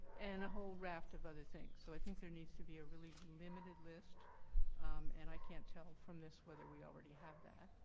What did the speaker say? and a whole raft of other things. so i think there needs to be a really limited list and i can't tell from this whether we already have that.